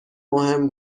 مهم